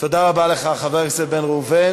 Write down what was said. תודה רבה לך, חבר הכנסת בן ראובן.